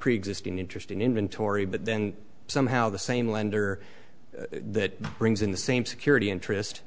preexisting interest in inventory but then somehow the same lender that brings in the same security interest